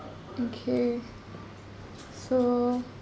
okay so